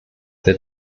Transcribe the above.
der